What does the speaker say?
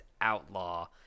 outlaw